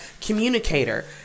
communicator